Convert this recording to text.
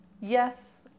yes